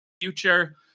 future